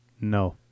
No